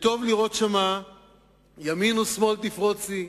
טוב לראות שם ימין ושמאל תפרוצי,